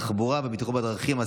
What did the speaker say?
התחבורה והבטיחות בדרכים.